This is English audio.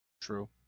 True